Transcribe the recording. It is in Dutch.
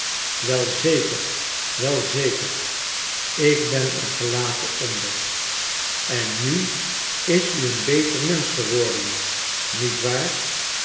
wel zeker wel zeker ik ben er gelaten onder en nu is u een beter mensch geworden niet waar